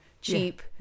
cheap